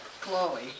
Chloe